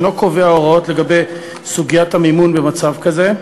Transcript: אינו קובע הוראות לגבי סוגיית המימון במצב כזה.